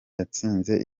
yatsinze